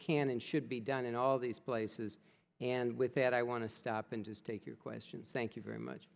can and should be done in all these places and with that i want to stop and just take your questions thank you very much